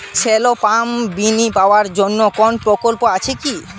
Shallow pump mini power জন্য কোনো প্রকল্প আছে কি?